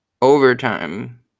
overtime